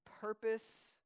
purpose